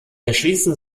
erschließen